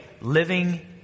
living